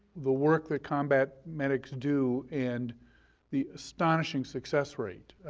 the work that combat medics do and the astonishing success rate.